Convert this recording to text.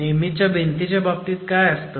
नेहमीच्या भिंतींच्या बाबतीत काय असतं